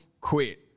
quit